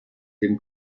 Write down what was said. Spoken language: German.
dem